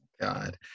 God